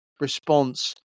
response